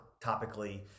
topically